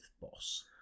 boss